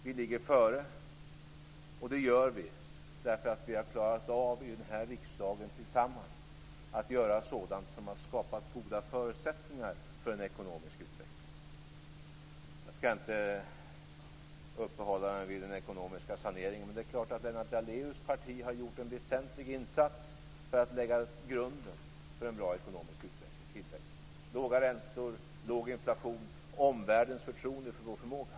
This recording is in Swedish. Vi ligger före, och det gör vi därför att vi i den här riksdagen tillsammans klarat av att göra sådant som skapat goda förutsättningar för en god ekonomisk utveckling. Jag skall inte uppehålla mig vid den ekonomiska saneringen. Det är klart att Lennart Daléus parti har gjort en väsentlig insats för att lägga grunden för en bra ekonomisk utveckling och tillväxt, låga räntor, låg inflation och omvärldens förtroende för vår förmåga.